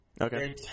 okay